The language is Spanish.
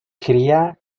cría